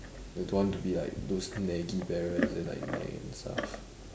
I don't want to be like those naggy parents then like nag and stuff